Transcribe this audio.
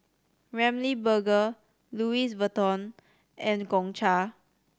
Ramly Burger Louis Vuitton and Gongcha